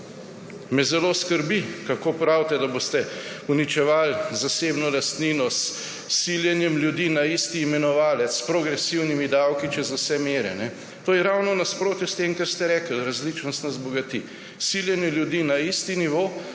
Zelo me skrbi, kako pravite, da boste uničevali zasebno lastnino s siljenjem ljudi na isti imenovalec, s progresivnimi davki čez vse mere. To je ravno v nasprotju s tem, kar ste rekli, različnost nas bogati. Siljenje ljudi na isti nivo